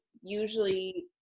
usually